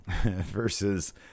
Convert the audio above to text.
Versus